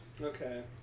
Okay